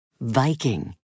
Viking